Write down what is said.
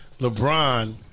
LeBron